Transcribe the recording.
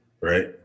Right